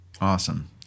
Awesome